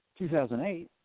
2008